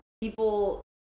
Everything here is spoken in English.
People